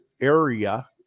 area